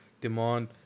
demand